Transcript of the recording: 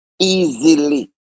Easily